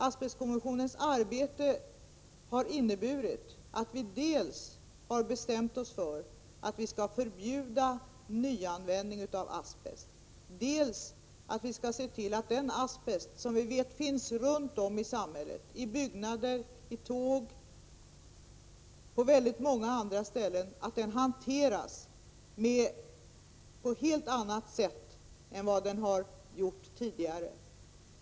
Asbestkommissionens arbete har inneburit dels att vi har bestämt oss för att vi skall förbjuda nyanvändning av asbest, dels att vi skall se till att den asbest som vi vet finns runt om i samhället, i byggnader, tåg och på många andra ställen, hanteras på ett helt annat sätt än vad som har skett tidigare.